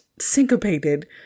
syncopated